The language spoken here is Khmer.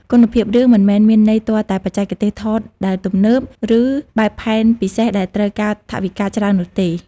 គុណភាពរឿងមិនមែនមានន័យទាល់តែបច្ចេកទេសថតដែលទំនើប ឬបែបផែនពិសេសដែលត្រូវការថវិកាច្រើននោះទេ។